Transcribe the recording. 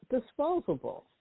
disposable